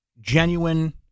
genuine